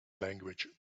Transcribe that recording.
language